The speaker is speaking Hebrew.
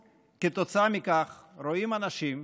כתוצאה מכך, אנחנו רואים אנשים,